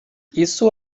isso